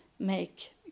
make